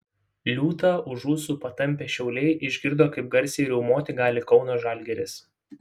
liūtą už ūsų patampę šiauliai išgirdo kaip garsiai riaumoti gali kauno žalgiris